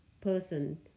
person